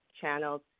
channels